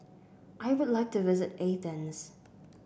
I would like to visit Athens